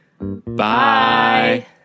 Bye